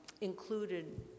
included